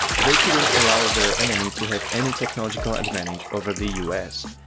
they couldn't allow their enemy to have any technological advantage over the us.